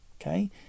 Okay